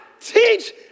teach